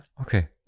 Okay